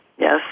Yes